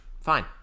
Fine